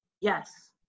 Yes